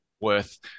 worth